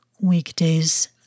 weekdays